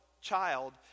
child